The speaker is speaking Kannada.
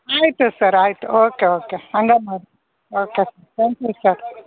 ಆಯಿತು ಸರ್ ಆಯಿತು ಓಕೆ ಓಕೆ ಹಾಗೆ ಮಾಡಿ ಓಕೆ ತ್ಯಾಂಕ್ ಯು ಸರ್